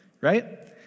right